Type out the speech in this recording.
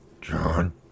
John